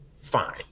fine